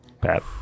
Pat